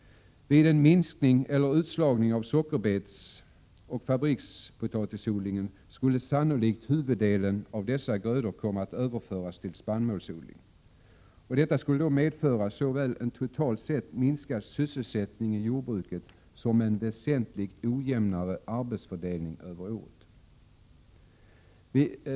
Vid en minskning eller utslagning av sockerbetsoch fabrikspotatisodlingen skulle sannolikt huvuddeien av dessa grödor komma att överföras till spannmålsodling. Detta skulle medföra såväl en totalt sett minskad sysselsättning i jordbruket som en väsentligt mer ojämn arbetsfördelning över året.